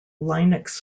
linux